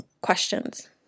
questions